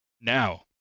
Now